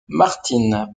martine